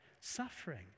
suffering